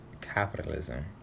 capitalism